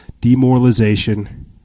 demoralization